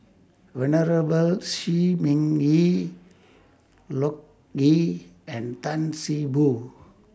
Venerable Shi Ming Yi Loke Yew and Tan See Boo